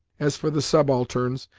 as for the subalterns,